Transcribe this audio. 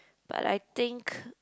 but I think